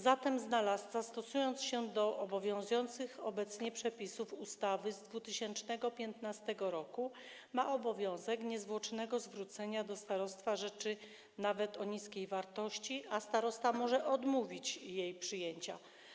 Zatem znalazca, stosując się do obowiązujących obecnie przepisów ustawy z 2015 r., ma obowiązek niezwłocznego zwrócenia do starostwa rzeczy nawet o niskiej wartości, a starosta może odmówić jej przyjęcia.